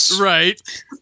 Right